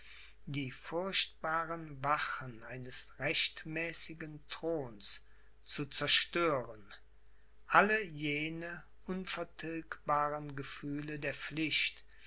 die furchtbaren wachen eines rechtmäßigen throns zu zerstören alle jene unvertilgbaren gefühle der pflicht